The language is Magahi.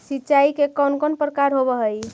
सिंचाई के कौन कौन प्रकार होव हइ?